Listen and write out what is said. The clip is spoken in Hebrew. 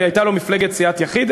הייתה לו מפלגת סיעת יחיד,